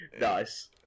Nice